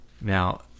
Now